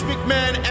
McMahon